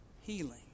healing